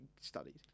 studied